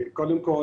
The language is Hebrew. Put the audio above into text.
קודם כל,